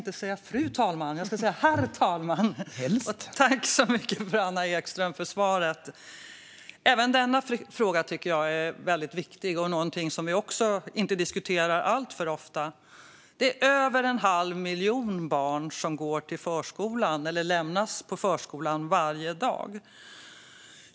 Herr talman! Tack så mycket, Anna Ekström, för svaret! Även denna fråga tycker jag är väldigt viktig, och det är någonting som vi heller inte diskuterar alltför ofta. Det är över en halv miljon barn som går till förskolan, eller lämnas på förskolan, varje dag.